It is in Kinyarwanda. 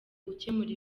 ukemura